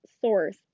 source